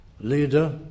leader